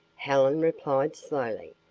helen replied slowly.